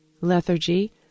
lethargy